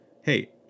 Hey